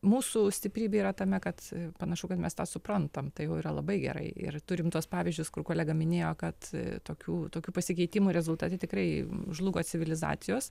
mūsų stiprybė yra tame kad panašu kad mes tą suprantam tai jau yra labai gerai ir turim tuos pavyzdžius kur kolega minėjo kad tokių tokių pasikeitimų rezultate tikrai žlugo civilizacijos